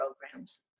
programs